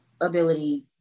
ability